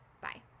bye